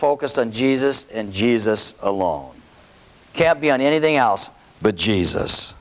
focused on jesus and jesus along can't be on anything else but jesus